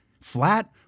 Flat